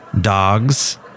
Dogs